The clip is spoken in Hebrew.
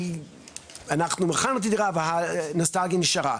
אנחנו מכרנו את הדירה והנוסטלגיה נשארה.